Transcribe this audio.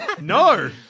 No